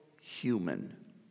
human